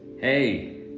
hey